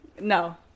No